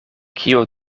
kio